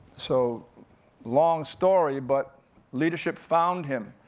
so long story, but leadership found him.